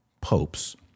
popes